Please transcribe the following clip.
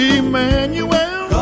Emmanuel